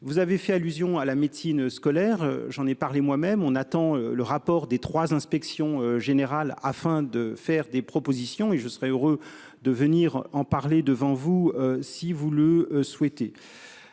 vous avez fait allusion à la médecine scolaire, j'en ai parlé moi-même on attend le rapport des 3 inspections générales afin de faire des propositions et je serai heureux de venir en parler devant vous, si vous le souhaitez.